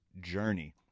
journey